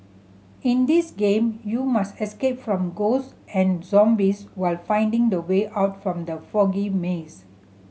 in this game you must escape from ghosts and zombies while finding the way out from the foggy maze